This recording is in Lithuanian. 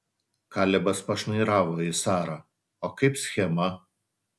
kalebas pašnairavo į sarą o kaip schema